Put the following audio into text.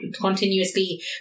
continuously